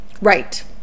Right